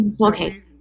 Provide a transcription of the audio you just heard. Okay